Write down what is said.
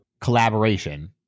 collaboration